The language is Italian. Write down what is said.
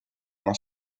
una